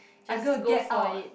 just go for it